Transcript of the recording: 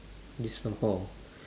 gifts from paul